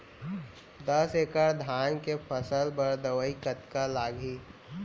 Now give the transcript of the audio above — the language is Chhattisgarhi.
दस एकड़ धान के फसल बर दवई कतका लागही?